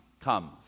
comes